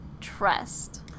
trust